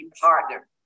partner